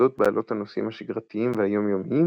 העבודות בעלות הנושאים השגרתיים והיום-יומיים,